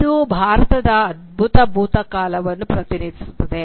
ಇದು ಭಾರತದ ಅದ್ಭುತ ಭೂತಕಾಲವನ್ನು ಪ್ರತಿನಿಧಿಸುತ್ತದೆ